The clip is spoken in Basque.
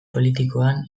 politikoan